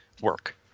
work